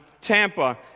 Tampa